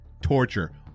torture